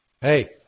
Hey